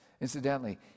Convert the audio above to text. incidentally